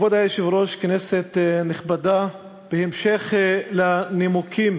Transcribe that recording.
כבוד היושב-ראש, כנסת נכבדה, בהמשך לנימוקים